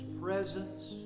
presence